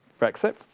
Brexit